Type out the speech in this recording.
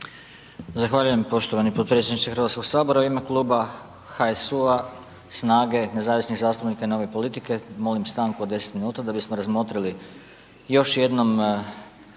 Zahvaljujem poštovani potpredsjedniče Hrvatskog sabora. U ime kluba HSU-a, SNAGA-e i nezavisnih zastupnika i Nove politike molim stanku od 10 minuta da bismo razmotrili još jednom